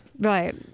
Right